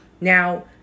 Now